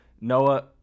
Noah